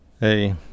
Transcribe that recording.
hey